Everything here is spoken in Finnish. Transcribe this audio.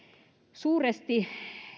suuresti